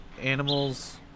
animals